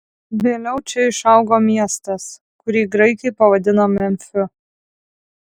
vėliau čia išaugo miestas kurį graikai pavadino memfiu